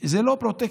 זה לא פרוטקציות.